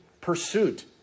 pursuit